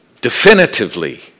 definitively